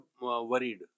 worried